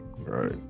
Right